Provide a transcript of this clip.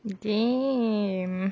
damn